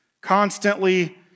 Constantly